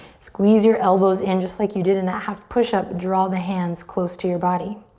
squeeze your elbows in, just like you did in that half push up, draw the hands close to your body.